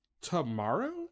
tomorrow